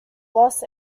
los